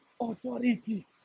authority